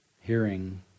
hearing